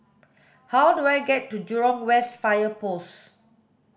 how do I get to Jurong West Fire Post